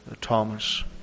Thomas